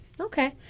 Okay